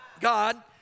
God